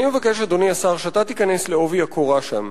אני מבקש, אדוני השר, שאתה תיכנס בעובי הקורה שם,